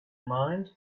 mind